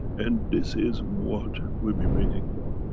and this is what we've been waiting for.